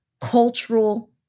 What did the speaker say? cultural